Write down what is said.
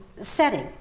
setting